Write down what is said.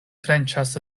tranĉas